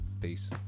Peace